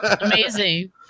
Amazing